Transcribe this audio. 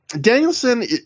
Danielson